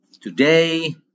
Today